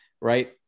right